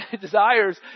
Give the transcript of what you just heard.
desires